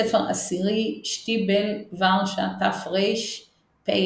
ספר עשירי, שטיבל, ורשה תרפ"א.